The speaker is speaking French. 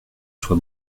soit